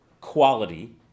quality